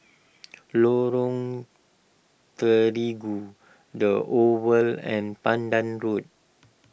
Lorong Terigu the Oval and Pandan Road